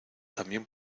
también